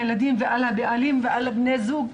הילדים ובני הזוג,